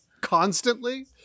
constantly